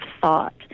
thought